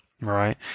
Right